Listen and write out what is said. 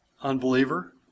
unbeliever